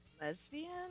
Lesbian